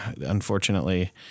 unfortunately